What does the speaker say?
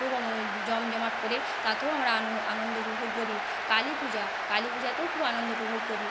খুব জমজমাট করে তাতেও আমরা আনন্দ উপভোগ করি কালী পূজা কালী পূজাতেও খুব আনন্দ উপভোগ করি